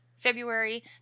February